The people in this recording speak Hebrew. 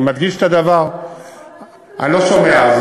אני מדגיש את הדבר, אני לא שומע.